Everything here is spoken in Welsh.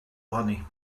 ohoni